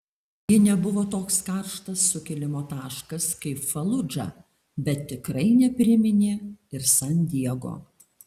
ji nebuvo toks karštas sukilimo taškas kaip faludža bet tikrai nepriminė ir san diego